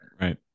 Right